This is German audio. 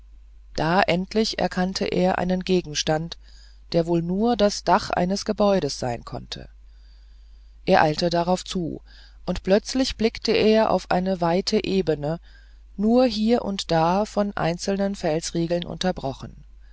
da endlich erkannte er einen gegenstand der wohl nur das dach eines gebäudes sein konnte er eilte darauf zu und plötzlich blickte er auf eine weite ebene nur hier und da von einzelnen felsriegeln unterbrochen